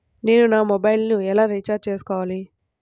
నేను నా మొబైల్కు ఎలా రీఛార్జ్ చేసుకోవాలి?